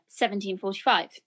1745